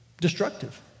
destructive